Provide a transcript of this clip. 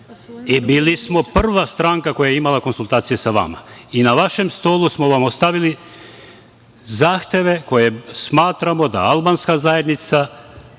i bili smo prva stranka koja je imala konsultacije sa vama i na vašem stolu smo vam ostavili zahteve koje smatramo da albanska zajednica